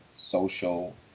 social